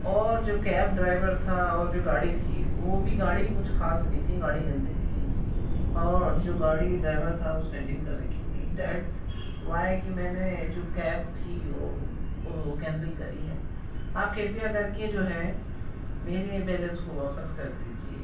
اور جو cab driver تھا اور جو گاڑی تھی وہ بھی گاڑی کچھ خاص نہیں تھی گاڑی گندی تھی اور جو گاڑی ڈرائیور تھا وہ سیٹنگ کر رکھی تھی ڈیٹس وائے کہ میں نے جو کیب تھی وہ کینسل کری ہے آپ کرپیا کر کے جو ہے میرے بیلنس کو واپس کر دیجیے